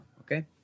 Okay